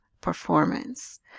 performance